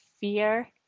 fear